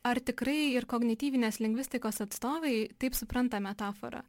ar tikrai ir kognityvinės lingvistikos atstovai taip supranta metaforą